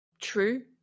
True